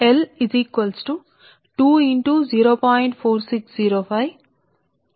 ఈ రెండూ ఇక్కడ కు వస్తుంది కాబట్టి ఇది 0